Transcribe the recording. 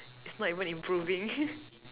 it's not even improving